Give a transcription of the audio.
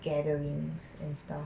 gatherings and stuff